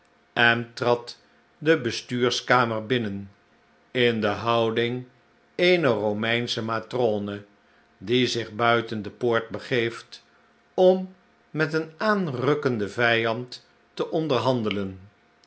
en trad de bestuurskamer binnen in de houding eener romeinsche matrone die zich buiten de poort begeeft om met een aanrukkenden vijand te onderhandelen